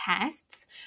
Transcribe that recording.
tests